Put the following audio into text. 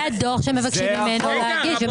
זה הדוח שמבקשים ממנו להגיש.